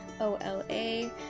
O-L-A